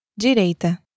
Direita